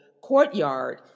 courtyard